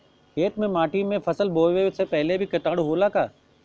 खेत के माटी मे फसल बोवे से पहिले भी किटाणु होला का?